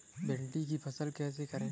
भिंडी की फसल कैसे करें?